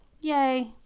Yay